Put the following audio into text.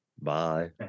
Bye